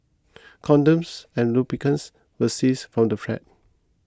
condoms and lubricants were seized from the flat